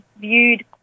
viewed